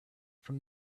from